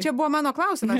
čia buvo mano klausimas